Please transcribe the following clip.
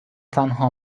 تنها